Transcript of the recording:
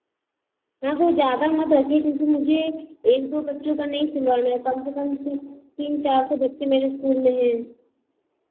वह ज़्यादा मत रखिए क्योंकि मुझे एक दो बच्चों का नहीं सिलवाना कम से कम तीन चार सौ बच्चे मेरे स्कूल में है